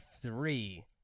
three